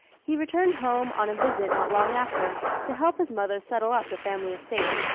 he returned home on a visit not long after, to help his mother settle up the family estate.